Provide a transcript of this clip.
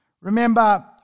Remember